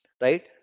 Right